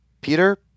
Peter